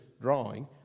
drawing